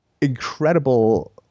incredible